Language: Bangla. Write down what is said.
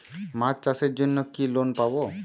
মাছ চাষের জন্য কি লোন পাব?